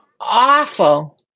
awful